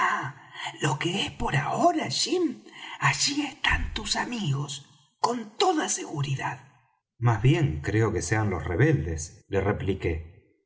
lo que es por ahora jim allí están tus amigos con toda seguridad mas bien creo que sean los rebeldes le repliqué